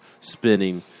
spinning